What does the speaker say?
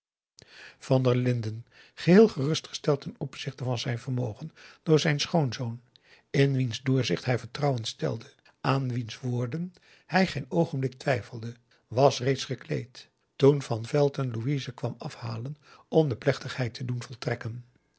van der linden geheel gerustgesteld ten opzichte van zijn vermogen door zijn schoonzoon in wiens doorzicht hij vertrouwen stelde en aan wiens woorden hij geen oogenblik twijfelde was reeds gekleed toen van velton louise kwam afhalen om de plechtigheid te doen voltrekken